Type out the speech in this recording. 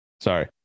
Sorry